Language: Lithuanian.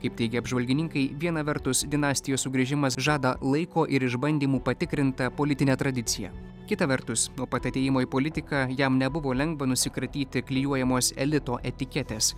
kaip teigia apžvalgininkai viena vertus dinastijos sugrįžimas žada laiko ir išbandymų patikrintą politinę tradiciją kita vertus nuo pat atėjimo į politiką jam nebuvo lengva nusikratyti klijuojamos elito etiketės